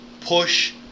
push